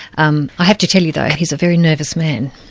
um i have to tell you though, he's a very nervous man,